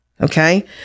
Okay